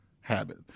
habit